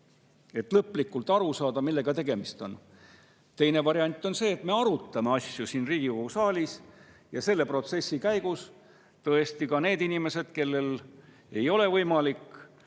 et lõplikult aru saada, millega tegemist on. Teine variant on see, et me arutame asju siin Riigikogu saalis ja selle protsessi käigus tõesti ka need inimesed, kellel ei ole võimalik